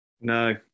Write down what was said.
no